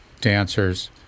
dancers